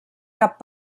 cap